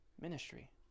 ministry